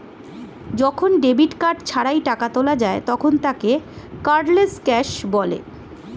যখন debit card ছাড়াই টাকা তোলা যায় তখন তাকে কার্ডলেস ক্যাশ বলে